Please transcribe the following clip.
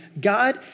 God